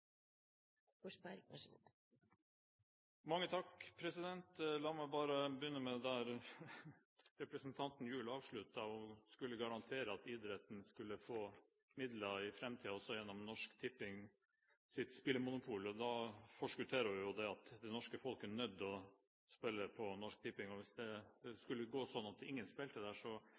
at idretten skulle få midler også i fremtiden gjennom Norsk Tippings spillmonopol. Da forskutterer hun jo at det norske folk er nødt til å spille gjennom Norsk Tipping, og hvis det da skulle gå sånn at ingen spilte der,